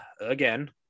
again